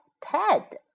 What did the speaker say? Ted